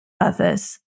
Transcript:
others